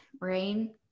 rain